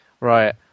Right